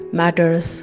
matters